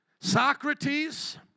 Socrates